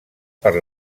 per